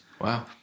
wow